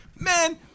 Man